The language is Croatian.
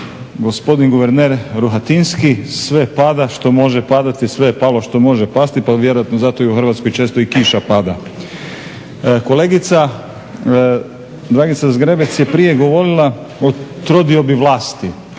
gospodin guverner Rohatinski: "Sve pada, što može padati, sve je palo, što može pasti." Pa vjerojatno zato i u Hrvatskoj često i kiša pada. Kolegica Dragica Zgrebec je prije govorila o trodiobi vlasti,